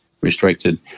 Restricted